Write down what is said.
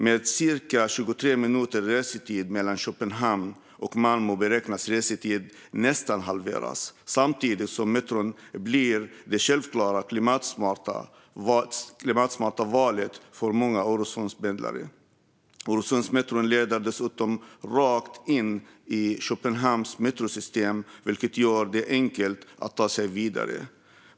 Med cirka 23 minuters restid mellan Köpenhamn och Malmö beräknas restiden nästan halveras samtidigt som metron blir det självklara klimatsmarta valet för många Öresundspendlare. Öresundsmetron leder dessutom rakt in i Köpenhamns metrosystem, vilket gör det enkelt att ta sig vidare.